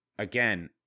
Again